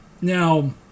now